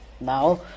Now